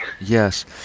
yes